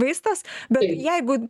vaistas bet jeigu